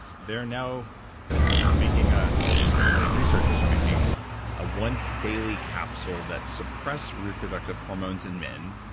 they're now making a. well, at least i'd say researchers are making a once daily capsule that suppress reproductive hormones in men,